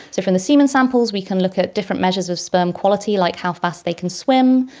so from the semen samples we can look at different measures of sperm quality, like how fast they can swim,